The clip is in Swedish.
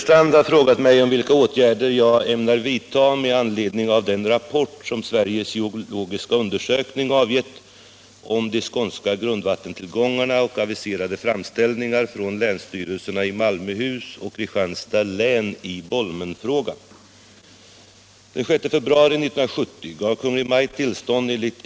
27 september 1973 vägrades emellertid prövningstillstånd.